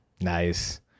nice